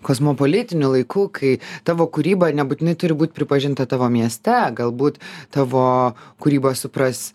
kosmopolitiniu laiku kai tavo kūryba nebūtinai turi būti pripažinta tavo mieste galbūt tavo kūrybą supras